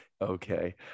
Okay